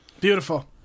Beautiful